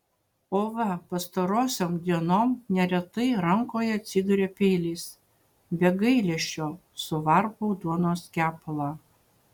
o va pastarosiom dienom neretai rankoje atsiduria peilis be gailesčio suvarpau duonos kepalą